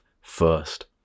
first